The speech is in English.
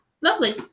Lovely